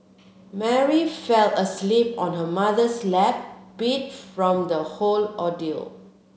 Mary fell asleep on her mother's lap beat from the whole ordeal